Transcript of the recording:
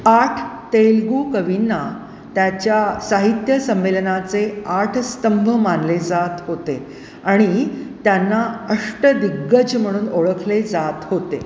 आठ तेलगू कविंना त्याच्या साहित्यसंमेलनाचे आठ स्तंभ मानले जात होते आणि त्यांना अष्टदिग्गज म्हणून ओळखले जात होते